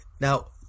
Now